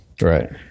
right